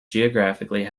geographically